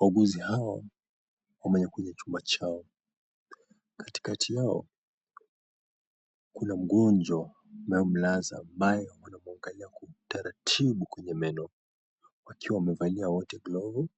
Wauguzi hawa ambao wako kwenye chumba chao. Katikati yao kuna mgonjwa wanayemlaza ambaye wanamwangalia kwa utaratibu kwenye meno, wakiwa wamevalia wote glovu